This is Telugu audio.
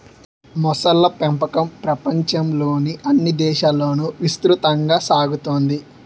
మొసళ్ళ పెంపకం ప్రపంచంలోని అన్ని దేశాలలోనూ విస్తృతంగా సాగుతోంది